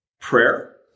prayer